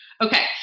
Okay